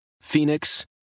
Phoenix